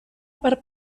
per